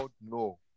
no